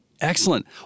Excellent